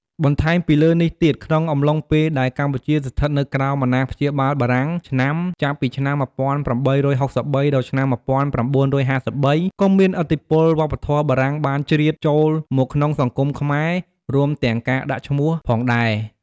បន្ថែមពីលើនេះទៀត ក្នុងអំឡុងពេលដែលកម្ពុជាស្ថិតនៅក្រោមអាណាព្យាបាលបារាំងឆ្នាំ ចាប់ពីឆ្នាំ ១៨៦៣ ដល់ ១៩៥៣ ក៏មានឥទ្ធិពលវប្បធម៌បារាំងបានជ្រៀតចូលមកក្នុងសង្គមខ្មែរ រួមទាំងការដាក់ឈ្មោះផងដែរ។។